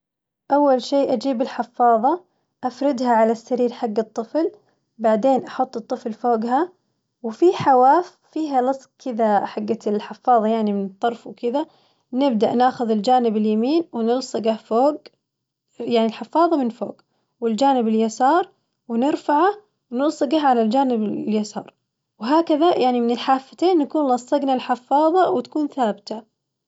أول شي أجيب الحفاظة أفردها على السرير حق الطفل، بعدين أحط الطفل فوقها وفي حواف فيها لصق كذا حقة الحفاظة يعني من الطرف وكذا، نبدأ ناخذ الجانب اليمين ونلصقه فوق يعني الحفاظة من فوق، والجانب اليسار ونرفعه ونلصقه على الجانب اليسار، وهكذا يعني من الحافتين نكون لصقنا الحفاظة وتكون ثابتة.